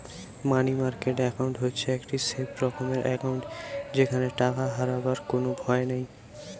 মানি market account হচ্ছে একটি safe রকমের একাউন্ট যেখানে টাকা হারাবার কোনো ভয় নাই